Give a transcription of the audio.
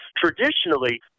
traditionally